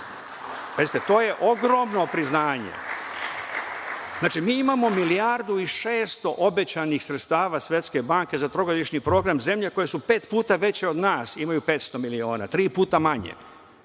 to je ogromno priznanje. Mi imamo milijardu i 600 obećanih sredstava Svetske banke za trogodišnji program, zemlje koje su pet puta veće od nas imaju 500 miliona, tri puta manje.